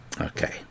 Okay